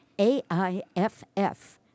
A-I-F-F